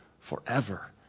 forever